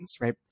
right